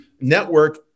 network